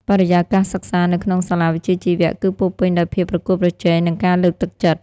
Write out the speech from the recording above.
បរិយាកាសសិក្សានៅក្នុងសាលាវិជ្ជាជីវៈគឺពោរពេញដោយភាពប្រកួតប្រជែងនិងការលើកទឹកចិត្ត។